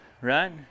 Right